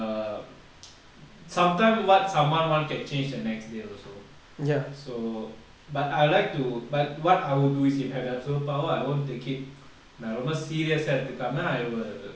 err sometime what someone want can change the next day also so but I would like to but what I would do is if I have the superpower I won't take it நா ரொம்ப:na romba serious ah எடுத்துக்காம:eduthukama I would